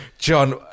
John